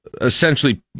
essentially